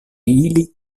ili